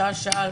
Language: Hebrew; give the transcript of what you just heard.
שעה שעה,